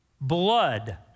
blood